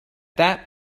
that